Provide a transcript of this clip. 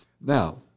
Now